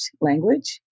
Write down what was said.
language